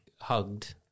hugged